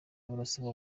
barasabwa